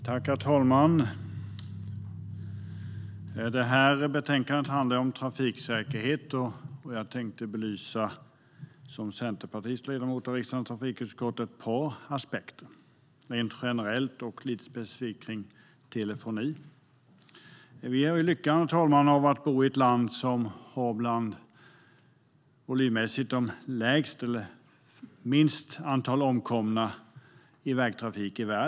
Herr talman! Det här betänkandet handlar om trafiksäkerhet. Som centerpartist och ledamot av riksdagens trafikutskott tänkte jag belysa ett par aspekter av detta, dels rent generellt, dels specifikt om telefoni. Herr talman! Vi har lyckan att bo i ett av de länder i världen som har minst antal omkomna i vägtrafik.